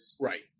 Right